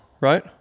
right